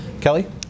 Kelly